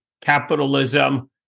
capitalism